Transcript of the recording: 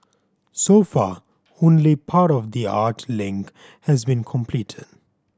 so far only part of the art link has been completed